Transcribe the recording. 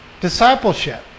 discipleship